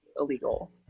illegal